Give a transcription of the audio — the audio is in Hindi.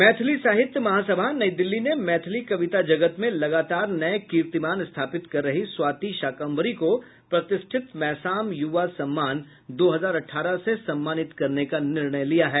मैथिली साहित्य महासभा नई दिल्ली ने मैथिली कविता जगत में लगातार नए कीर्तिमान स्थापित कर रही स्वाति शाकम्भरी को प्रतिष्ठित मैसाम युवा सम्मान दो हजार अठारह से सम्मानित करने का निर्णय लिया है